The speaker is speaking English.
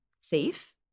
safe